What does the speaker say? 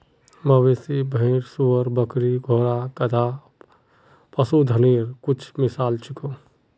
मवेशी, भेड़, सूअर, बकरी, घोड़ा, गधा, पशुधनेर कुछु मिसाल छीको